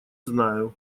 знаю